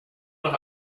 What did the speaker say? noch